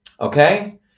Okay